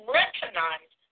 recognized